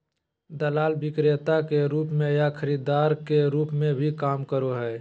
दलाल विक्रेता के रूप में या खरीदार के रूप में भी काम करो हइ